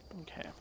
Okay